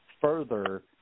further